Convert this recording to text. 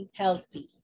healthy